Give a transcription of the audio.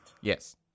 Yes